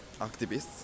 activists